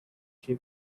she